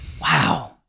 Wow